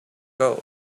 ago